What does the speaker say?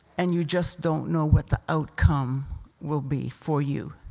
and you just don't know what the outcome will be for you.